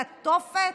לתופת?